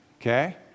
okay